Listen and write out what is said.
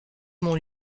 mon